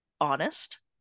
honest